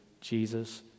Jesus